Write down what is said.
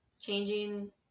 changing